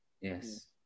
Yes